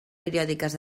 periòdiques